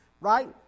Right